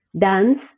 dance